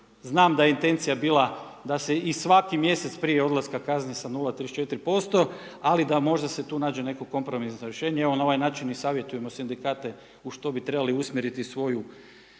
Znam da je intencija bila da se i svaki mjesec prije odlaska kazni sa 0,34% ali da možda se tu nađe neko kompromisno rješenje, evo na ovaj način i savjetujemo sindikate u što bi trebali usmjeriti svoje